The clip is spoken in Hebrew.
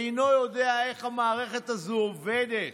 אינו יודע איך המערכת הזאת עובדת.